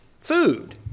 food